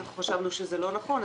כיוון שחשבנו שזה לא נכון,